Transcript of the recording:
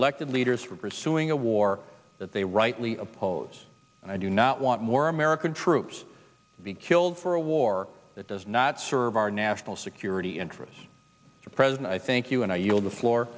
elected leaders for pursuing a war that they rightly oppose and i do not want more american troops being killed for a war that does not serve our national security interests or president i thank you and i yield the floor